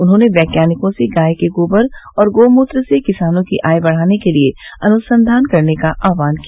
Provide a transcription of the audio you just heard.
उन्होंने वैज्ञानिकों से गाय के गोबर और गौमूत्र से किसानों की आय बढ़ाने के लिये अनुसंधान करने का आह्वान किया